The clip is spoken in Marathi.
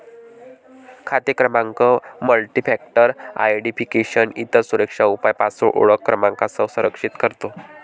खाते क्रमांक मल्टीफॅक्टर आयडेंटिफिकेशन, इतर सुरक्षा उपाय पासवर्ड ओळख क्रमांकासह संरक्षित करतो